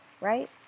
Right